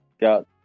got